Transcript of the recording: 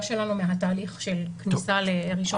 שלנו מהתהליך של הכניסה ל-1 בספטמבר.